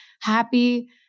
happy